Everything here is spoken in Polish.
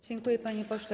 Dziękuję, panie pośle.